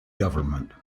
government